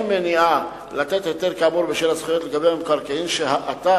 מניעה לתת היתר כאמור בשל הזכויות לגבי המקרקעין שהאתר